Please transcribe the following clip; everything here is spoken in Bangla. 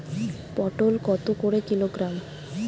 পটল কত করে কিলোগ্রাম?